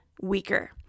weaker